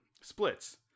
splits